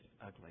ugly